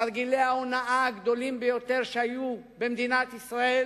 תרגילי ההונאה הגדולים ביותר שהיו במדינת ישראל